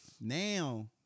Now